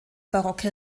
barocke